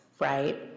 right